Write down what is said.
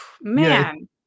man